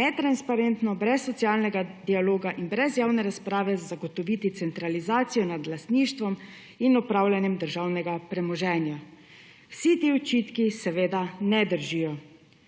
netransparentno brez socialnega dialoga in brez javne razprave centralizacijo nad lastništvom in upravljanjem državnega premoženja. Vsi ti očitki seveda ne držijo.